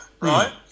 right